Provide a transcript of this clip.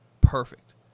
perfect